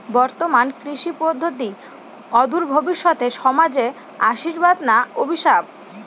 বর্তমান কৃষি পদ্ধতি অদূর ভবিষ্যতে সমাজে আশীর্বাদ না অভিশাপ?